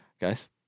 Guys